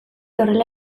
horrela